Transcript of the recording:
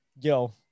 Yo